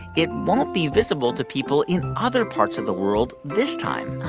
it won't be visible to people in other parts of the world this time